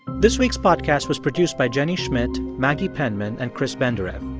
this week's podcast was produced by jenny schmidt, maggie penman and chris benderev.